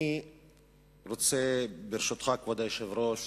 אני רוצה, ברשותך, כבוד היושב-ראש,